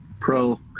pro